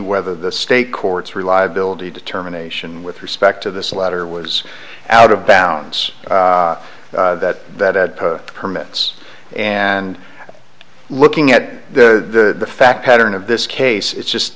whether the state courts reliability determination with respect to this letter was out of bounds that permits and looking at the fact pattern of this case it's just